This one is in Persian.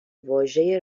واژه